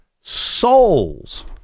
souls